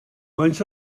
faint